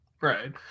Right